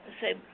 say